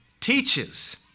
teaches